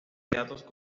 candidatos